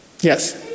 Yes